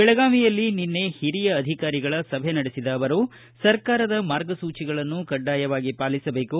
ಬೆಳಗಾವಿಯಲ್ಲಿ ನಿನ್ನೆ ಹಿರಿಯ ಅಧಿಕಾರಿಗಳ ಸಭೆ ನಡೆಸಿದ ಮುಖ್ಯಮಂತ್ರಿ ಸರ್ಕಾರದ ಮಾರ್ಗಸೂಚಿಗಳನ್ನು ಕಡ್ಡಾಯವಾಗಿ ಪಾಲಿಸಬೇಕು